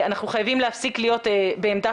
אנחנו חייבים להפסיק להיות בעמדה